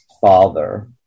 father